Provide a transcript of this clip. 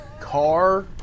car